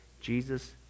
Jesus